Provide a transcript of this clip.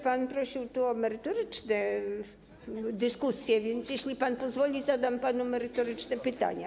Pan prosił o merytoryczne dyskusje, więc jeśli pan pozwoli, zadam panu merytoryczne pytania.